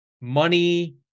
money